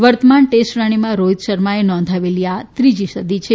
વર્તમાન ટેસ્ટ શ્રેણીમાં રોહિત શર્માએ નોંધાવેલી આ ત્રીજી સદી છે